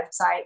website